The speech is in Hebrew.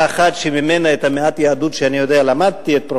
אחת שממנה למדתי את מעט היהדות שאני יודע,